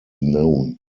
known